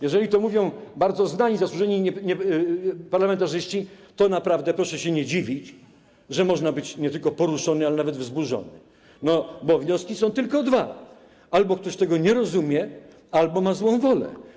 Jeżeli to mówią bardzo znani, zasłużeni parlamentarzyści, to - naprawdę, proszę się nie dziwić - można być nie tylko poruszonym, ale nawet wzburzonym, bo wnioski są tylko dwa: albo ktoś tego nie rozumie, albo ma złą wolę.